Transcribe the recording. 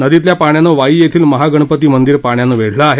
नदीतल्या पाण्यानं वाई येथील महागणपती मंदीर पाण्यानं वेढलं आहे